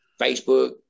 Facebook